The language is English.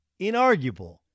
inarguable